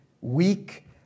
Weak